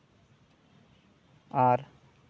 ᱟᱨ